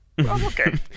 Okay